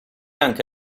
anche